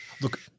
look